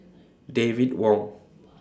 David Wong